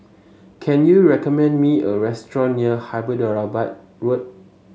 can you recommend me a restaurant near Hyderabad Road